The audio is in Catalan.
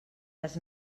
les